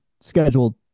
scheduled